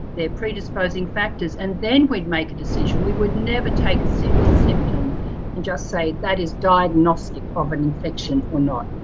their predisposing factors, and then we'd make a decision. we would never take a single symptom and just say that is diagnostic of an infection or not.